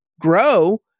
grow